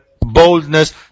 boldness